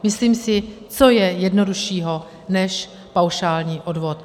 Myslím si, co je jednoduššího než paušální odvod.